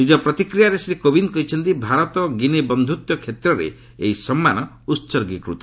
ନିକ ପ୍ରତିକ୍ରିୟାରେ ଶ୍ରୀ କୋବିନ୍ଦ କହିଛନ୍ତି ଭାରତ ଗିନି ବନ୍ଧୁତ୍ୱ କ୍ଷେତ୍ରରେ ଏହି ସମ୍ମାନ ଉତ୍ଗୀକୃତ